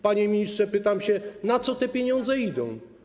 Panie ministrze, pytam, na co te pieniądze idą.